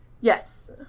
Yes